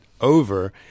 over